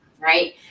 right